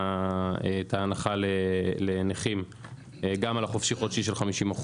ההנחה לנכים גם על החופשי חודשי של 50%,